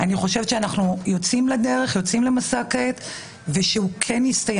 אבל זה שייך למימון, וזה כביכול נמצא